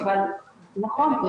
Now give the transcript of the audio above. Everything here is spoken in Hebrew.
אבל נכון,